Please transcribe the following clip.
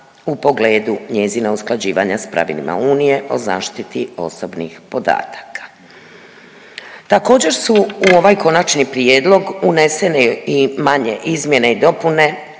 u pogledu njezina usklađivanja s pravilima unije o zaštiti osobnih podataka. Također su u ovaj konačni prijedlog unesene i manje izmjene i dopune